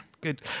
Good